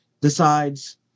decides